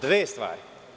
Dve stvari.